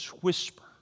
whisper